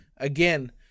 Again